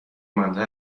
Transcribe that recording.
مانده